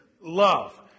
love